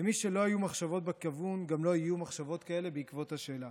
למי שלא היו מחשבות בכיוון גם לא יהיו מחשבות כאלה בעקבות השאלה,